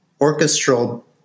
orchestral